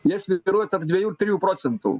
jie svyruoja tarp dviejų ir trijų procentų